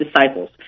disciples